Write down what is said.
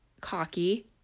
cocky